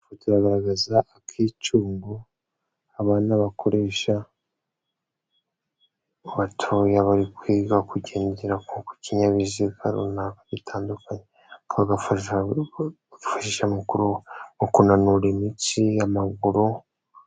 Ifoto iragaragaza akiicungo abana bakoresha batoya bari kwiga kugendera ku kinyabiziga runaka bitandukanye, bagafasha kwifashisha mu kunanura imitsi y'amaguru.